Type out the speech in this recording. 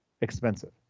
expensive